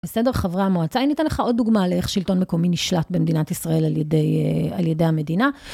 בסדר חברה המועצה אני ניתן לך עוד דוגמה על איך שלטון מקומי נשלט במדינת ישראל על ידי המדינה.